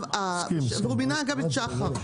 גם שחר.